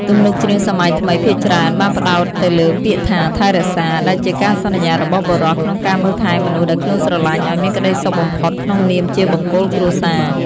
ទំនុកច្រៀងសម័យថ្មីភាគច្រើនបានផ្ដោតទៅលើពាក្យថា "ថែរក្សា" ដែលជាការសន្យារបស់បុរសក្នុងការមើលថែមនុស្សដែលខ្លួនស្រឡាញ់ឱ្យមានក្តីសុខបំផុតក្នុងនាមជាបង្គោលគ្រួសារ។